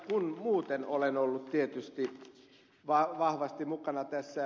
kun muuten olen ollut tietysti vahvasti mukana ed